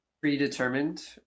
predetermined